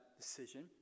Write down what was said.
decision